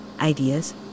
ideas